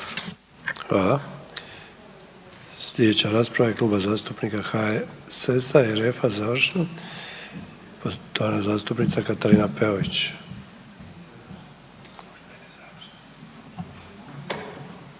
Hvala. Sljedeća rasprava je Kluba zastupnika HSS-a RF-a završno poštovana zastupnica Katarina Peović. **Peović, Katarina